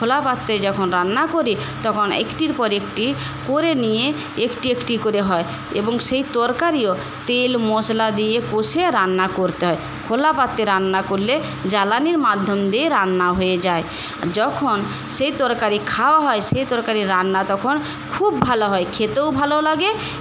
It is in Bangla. খোলা পাত্রে যখন রান্না করি তখন একটির পর একটি করে নিয়ে একটি একটি করে হয় এবং সেই তরকারিও তেল মশলা দিয়ে কষে রান্না করতে হয় খোলা পাত্রে রান্না করলে জ্বালানির মাধ্যম দিয়ে রান্না হয়ে যায় যখন সেই তরকারি খাওয়া হয় সে তরকারি রান্না তখন খুব ভালো হয় খেতেও ভালো লাগে